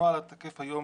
הנוהל התקף היום